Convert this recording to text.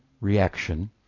reaction